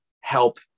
help